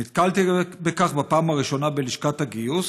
נתקלתי בכך בפעם הראשונה בלשכת הגיוס,